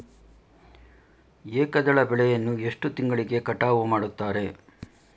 ಏಕದಳ ಬೆಳೆಯನ್ನು ಎಷ್ಟು ತಿಂಗಳಿಗೆ ಕಟಾವು ಮಾಡುತ್ತಾರೆ?